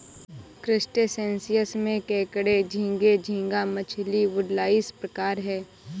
crustaceans में केकड़े झींगे, झींगा मछली, वुडलाइस प्रकार है